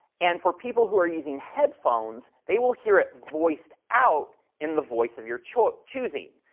and for people who are using headphones, they will hear it voiced out in the voice of your choosing,